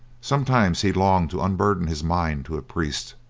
sometimes he longed to unburden his mind to a priest,